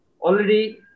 already